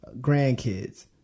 grandkids